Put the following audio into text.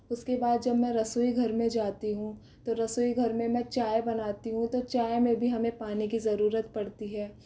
उसके बाद जब मैं रसोई घर में जाती हूँ तो रसोई घर में मैं चाय बनाती हूँ तो चाय में भी हमें पानी की ज़रुरत पड़ती है